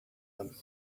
them